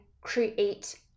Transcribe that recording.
create